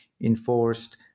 enforced